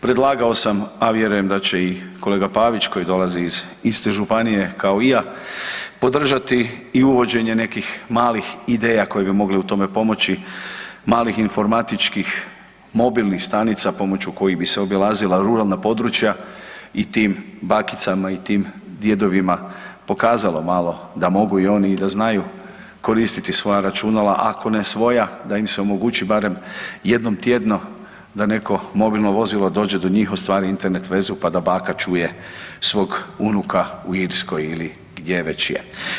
Predlagao sam, a vjerujem da će i kolega Pavić koji dolazi iz iste županije kao i ja podržati i uvođenje nekih malih ideja koje bi mogle u tome pomoći, malih informatičkih mobilnih stanica pomoću kojih bi se obilazila ruralna područja i tim bakicama i tim djedovima pokazalo malo da mogu i oni i da znaju koristiti svoja računala, ako ne svoja da im se omogući barem jednom tjedno da neko mobilno vozilo dođe do njih ostvari Internet vezu pa da baka čuje svog unuka u Irskoj ili gdje već je.